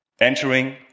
entering